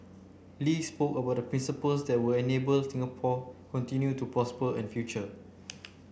Lee spoke about the principles that will enable Singapore continue to prosper in future